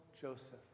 Joseph